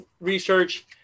research